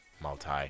multi